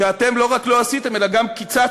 שאתם לא רק לא עשיתם אלא גם קיצצתם.